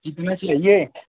कितने चाहिए